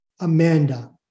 Amanda